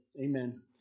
Amen